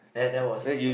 there there was a